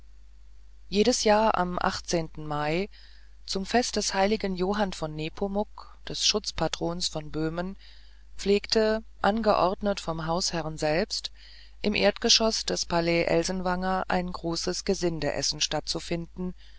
jedes jahr am mai zum fest des heiligen johann von nepomuk des schutzpatrons von böhmen pflegte angeordnet vom hausherrn selbst im erdgeschoß des palais elsenwanger ein großes gesindeessen stattzufinden dem